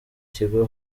kigo